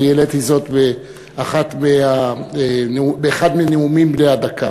אני העליתי זאת באחד מהנאומים בני הדקה.